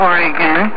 Oregon